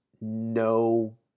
no